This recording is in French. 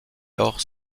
lors